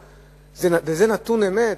וזה נתון אמת,